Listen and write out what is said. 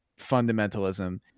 fundamentalism